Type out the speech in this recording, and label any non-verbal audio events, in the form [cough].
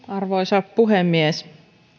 [unintelligible] arvoisa puhemies